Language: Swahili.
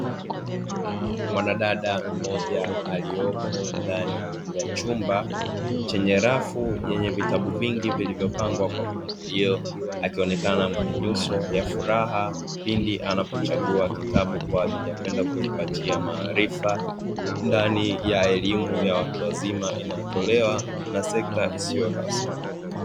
Mwanadada mmoja aliyepo ndani ya chumba chenye rafu yenye vitabu vingi vilivyopangwa kwa mpangilio, akionekana mwenye nyuso ya furaha pindi anapochagua kitabu kwa ajili ya kwenda kujipatia maarifa ndani ya elimu ya watu wazima inayotolewa na ya sekta isiyo rasmi.